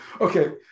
Okay